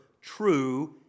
true